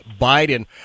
Biden